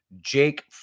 Jake